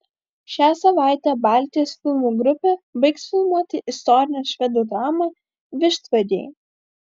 šią savaitę baltijos filmų grupė baigs filmuoti istorinę švedų dramą vištvagiai